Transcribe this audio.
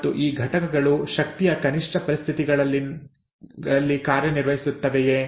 ಮತ್ತು ಈ ಘಟಕಗಳು ಶಕ್ತಿಯ ಕನಿಷ್ಠ ಪರಿಸ್ಥಿತಿಗಳಲ್ಲಿ ಕಾರ್ಯನಿರ್ವಹಿಸುತ್ತವೆಯೇ